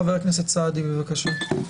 חבר הכנסת סעדי, בבקשה.